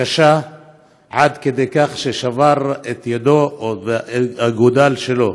קשה עד כדי כך ששברו את ידו, את האגודל שלו.